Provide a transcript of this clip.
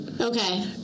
Okay